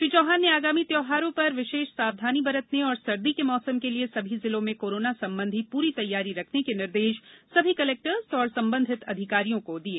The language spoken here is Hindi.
श्री चौहान ने आगामी त्यौहारों पर विशेष सावधानी बरतने और सर्दी के मौसम के लिए सभी जिलों में कोरोना संबंधी पूरी तैयारी रखने के निर्देश सभी कलेक्टर्स तथा संबंधित अधिकारियों को दिए